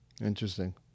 interesting